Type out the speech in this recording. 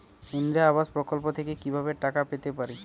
ইন্দিরা আবাস প্রকল্প থেকে কি ভাবে টাকা পেতে পারি?